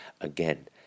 again